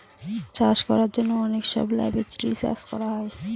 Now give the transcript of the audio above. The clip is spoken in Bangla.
চাষ করার জন্য অনেক সব ল্যাবে রিসার্চ হয়